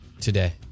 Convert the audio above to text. today